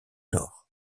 lors